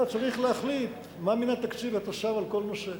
אתה צריך להחליט מה מן התקציב אתה שם על כל נושא.